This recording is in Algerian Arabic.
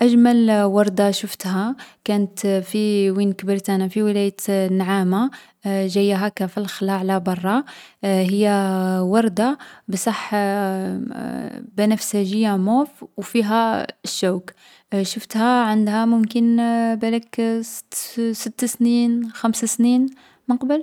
أجمل وردة شفتها كانت وين كبرت أنا في المنطقة نتاعي. جاية هاكا في الخلا على برا، بصح بنفسجية، لونها موف، و فيها الشوك. شفتها عندها ممكن ستة حتى خمس سنين من قبل.